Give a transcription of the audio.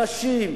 אנשים,